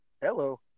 Hello